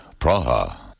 Praha